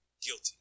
guilty